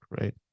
right